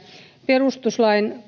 perustuslain